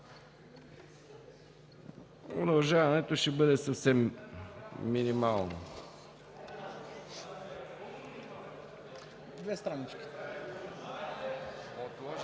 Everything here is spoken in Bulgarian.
Удължаването ще бъде съвсем минимално.